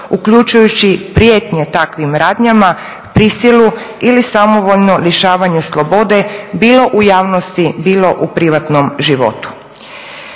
uključujući prijetnje takvim radnjama, prisilu ili samovoljno lišavanje slobode bilo u javnosti, bilo u privatnom životu.